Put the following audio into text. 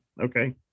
Okay